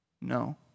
No